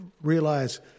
realize